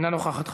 אינה נוכחת,